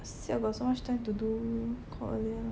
siao got so much time to do calling